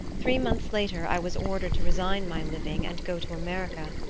three months later i was ordered to resign my living and go to america,